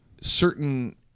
certain